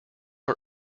are